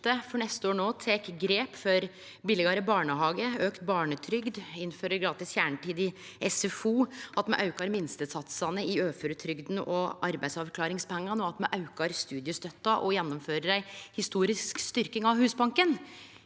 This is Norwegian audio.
for neste år tek grep for billegare barnehage og auka barnetrygd, innfører gratis kjernetid i SFO, aukar minstesatsane i uføretrygda og arbeidsavklaringspengane, aukar studiestøtta og gjennomfører ei historisk styrking av Husbanken,